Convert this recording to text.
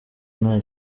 nta